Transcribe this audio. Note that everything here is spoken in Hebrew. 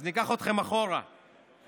אז ניקח אתכם אחורה ל-2019,